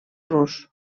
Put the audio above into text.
rus